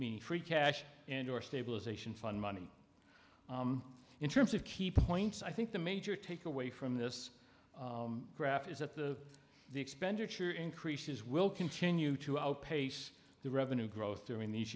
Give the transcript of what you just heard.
me free cash and your stabilization fund money in terms of key points i think the major takeaway from this graph is that the the expenditure increases will continue to outpace the revenue growth during these